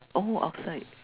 oh outside